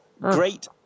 Great